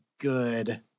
good